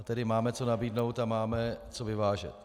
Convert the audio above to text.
Tedy máme co nabídnout a máme co vyvážet.